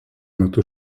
metu